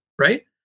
right